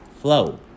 flow